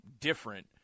different